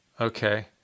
Okay